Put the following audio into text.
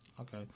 Okay